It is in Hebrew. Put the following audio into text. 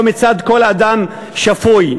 או מצד כל אדם שפוי.